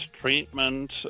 treatment